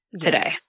today